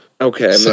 Okay